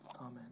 Amen